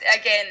again